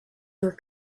your